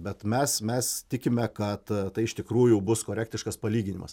bet mes mes tikime kad tai iš tikrųjų bus korektiškas palyginimas